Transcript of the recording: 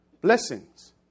blessings